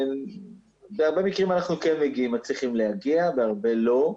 ובהרבה מקרים אנחנו כן מצליחים להגיע, בהרבה לא.